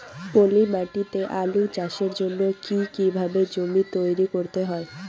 পলি মাটি তে আলু চাষের জন্যে কি কিভাবে জমি তৈরি করতে হয়?